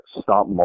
stop